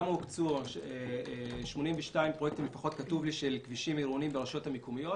כתוב לי לפחות 82 פרויקטים של כבישים עירוניים ברשויות המקומיות,